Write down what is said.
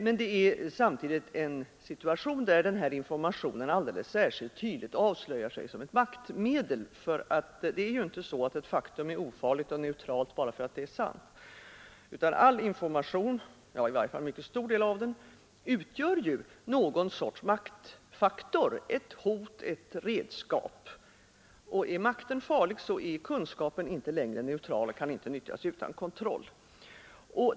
Men det är samtidigt en situation, där informationen alldeles särskilt tydligt avslöjar sig som ett maktmedel. Det är nämligen inte så, att ett faktum är ofarligt och neutralt bara för att det är sant, utan all information — eller i varje fall en mycket stor del av den — utgör någon sorts maktfaktor, ett hot, ett redskap. Är makten farlig, så är kunskapen inte längre neutral och kan inte nyttjas utan kontroll.